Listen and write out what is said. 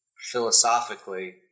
philosophically